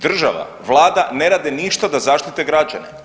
Država, vlada ne rade ništa da zaštite građane.